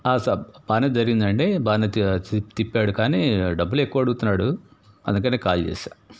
స బాగానే జరిగిందండి బాగానే తిప్పాడు కానీ డబ్బులు ఎక్కువ అడుగుతున్నాడు అందుకనే కాల్ చేశాను